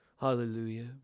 Hallelujah